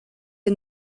est